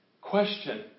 question